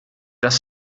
das